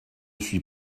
suis